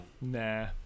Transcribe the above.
Nah